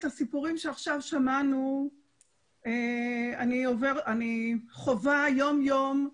את הסיפורים שעכשיו שמענו אני חווה יום-יום.